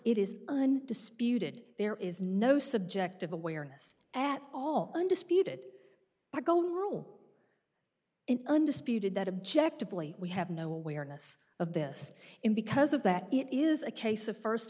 it is disputed there is no subjective awareness at all undisputed go rule in undisputed that objectively we have no awareness of this in because of that it is a case of first